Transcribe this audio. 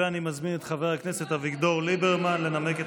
אני מזמין את חבר הכנסת אביגדור ליברמן לנמק את